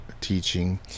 teaching